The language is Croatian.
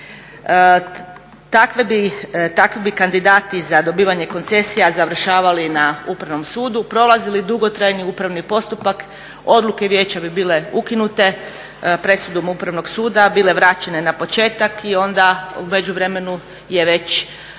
Takvi bi kandidati za dobivanje koncesija završavali na Upravnom sudu, prolazili dugotrajni upravni postupak, odluke vijeća bi bile ukinute, presudom Upravnog suda bile vraćene na početak i onda u međuvremenu je već